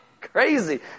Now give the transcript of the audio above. Crazy